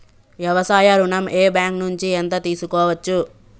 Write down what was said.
వ్యవసాయ ఋణం ఏ బ్యాంక్ నుంచి ఎంత తీసుకోవచ్చు?